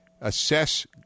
assess